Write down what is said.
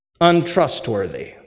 untrustworthy